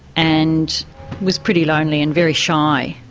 and was pretty lonely and very shy.